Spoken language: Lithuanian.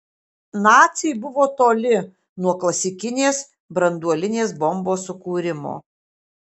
naciai buvo toli nuo klasikinės branduolinės bombos sukūrimo